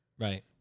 Right